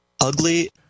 ugly